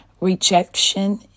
Rejection